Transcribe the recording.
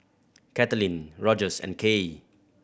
Katelin Rogers and Kaye